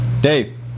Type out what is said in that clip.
Dave